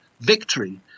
victory